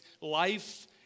life